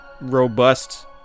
robust